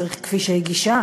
צריך כבישי גישה,